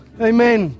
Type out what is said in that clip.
Amen